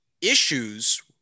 issues